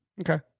okay